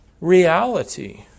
reality